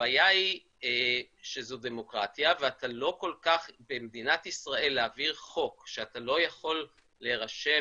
הבעיה היא שזו דמוקרטיה ובמדינת ישראל להעביר חוק שאתה לא יכול להירשם